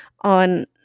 on